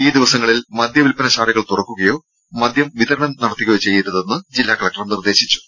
ഈ ദിവസങ്ങളിൽ മദ്യ വിൽപ്പന ശാലകൾ തുറക്കുകയോ മദ്യം വിതരണം നടത്തുകയോ ചെയ്യരുതെന്ന് ജില്ലാ കലക്ടർ അറിയിച്ചു